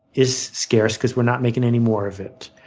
is scarce because we're not making any more of it.